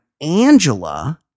Angela